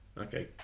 Okay